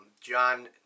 John